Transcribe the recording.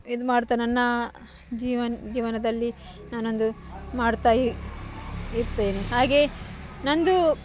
ಇದು ಮಾಡ್ತಾ ನನ್ನ ಜೀವನ ಜೀವನದಲ್ಲಿ ನಾನೊಂದು ಮಾಡ್ತಾ ಇರ್ತೇನೆ ಹಾಗೇ ನನ್ನದು